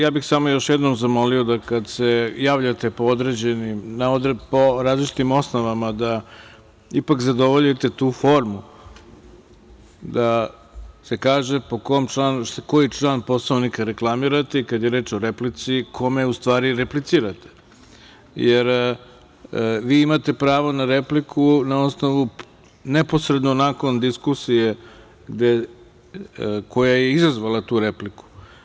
Samo bih još jednom zamolio da kada se javljate po različitim osnovama da ipak zadovoljite tu formu da se kaže koji član Poslovnika reklamirate i kada je reč o replici kome u stvari replicirate, jer vi imate pravo na repliku neposredno nakon diskusije koja je izazvala tu repliku.